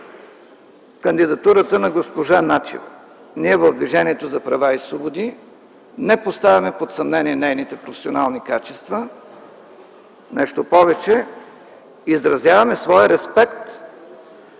кандидатурата на госпожа Начева. Ние в Движението за права и свободи не поставяме под съмнение нейните професионални качества, нещо повече - изразяваме своя респект